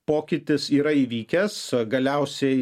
pokytis yra įvykęs galiausiai jie